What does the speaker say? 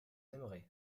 aimerez